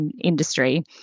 industry